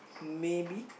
maybe